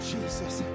Jesus